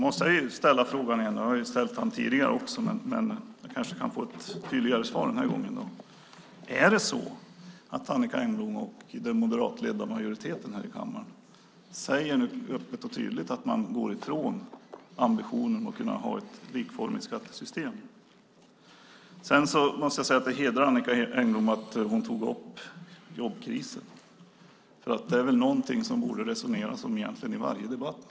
Då måste jag fråga igen - jag har frågat tidigare, men jag kanske kan få ett tydligare svar den här gången: Säger nu Annicka Engblom och den moderatledda majoriteten här i kammaren öppet och tydligt att man går ifrån ambitionen att ha ett likformigt skattesystem? Det hedrar Annicka Engblom att hon tog upp frågan om jobbkrisen. Det är något som det egentligen borde resoneras om i varje debatt.